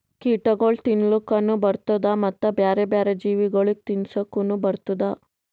ಕೀಟಗೊಳ್ ತಿನ್ಲುಕನು ಬರ್ತ್ತುದ ಮತ್ತ ಬ್ಯಾರೆ ಬ್ಯಾರೆ ಜೀವಿಗೊಳಿಗ್ ತಿನ್ಸುಕನು ಬರ್ತ್ತುದ